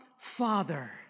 Father